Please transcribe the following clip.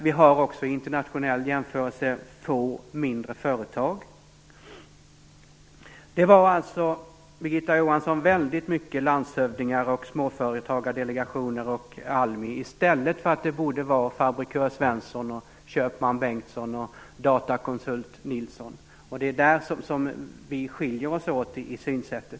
Vi har också vid en internationell jämförelse få mindre företag. Birgitta Johansson talade väldigt mycket om landshövdingar och småföretagardelegationer och Bengtsson och datakonsult Nilsson. Det är där våra synsätt skiljer sig åt.